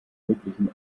möglichen